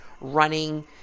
running